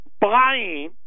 buying